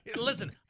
Listen